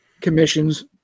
commissions